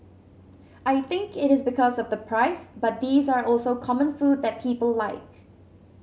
I think it is because of the price but these are also common food that people like